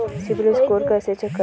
CIBIL score कैसे चेक करें?